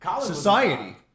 society